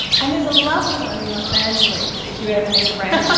and there's a lovely one in los angeles, if you ever need a brain scan,